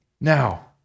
Now